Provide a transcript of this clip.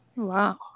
wow